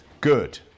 good